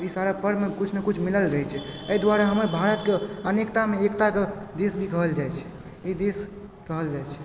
ई सारा पर्वमे किछु नव किछु मिलल रहै छै एहि दुआरे हमर भारतके अनेकतामे एकताके देश भी कहल जाइत छै केँ देश कहल जाइत छै